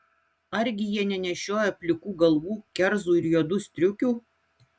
argi jie nenešioja plikų galvų kerzų ir juodų striukių